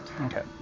Okay